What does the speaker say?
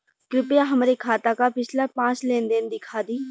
कृपया हमरे खाता क पिछला पांच लेन देन दिखा दी